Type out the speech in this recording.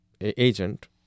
agent